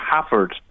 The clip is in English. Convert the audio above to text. Hafford